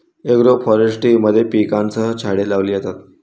agroforestry मध्ये पिकांसह झाडे लावली जातात